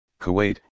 Kuwait